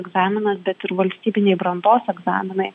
egzaminas bet ir valstybiniai brandos egzaminai